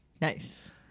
Nice